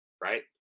right